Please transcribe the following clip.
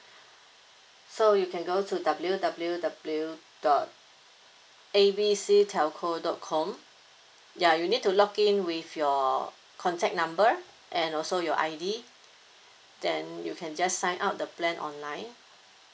so you can go to W W W dot A B C telco dot com ya you need to login with your contact number and also your I_D then you can just sign up the plan online